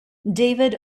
david